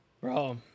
Bro